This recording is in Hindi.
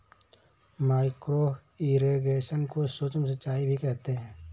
माइक्रो इरिगेशन को सूक्ष्म सिंचाई भी कहते हैं